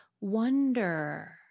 wonder